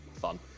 fun